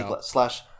slash